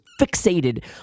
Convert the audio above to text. fixated